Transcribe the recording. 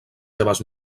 seves